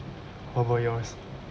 what about yours